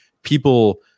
people